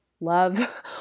love